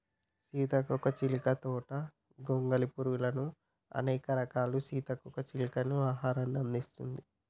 సీతాకోక చిలుక తోట గొంగలి పురుగులు, అనేక రకాల సీతాకోక చిలుకలకు ఆహారాన్ని అందిస్తుంది